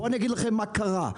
אגיד לכם מה קרה,